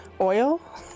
oil